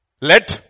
let